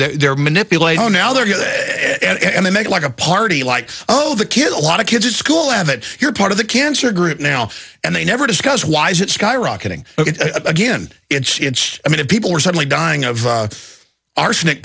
they're manipulating now they're good and they make like a party like oh the kid a lot of kids at school and that you're part of the cancer group now and they never discuss why is it skyrocketing again it's i mean if people were suddenly dying of arsenic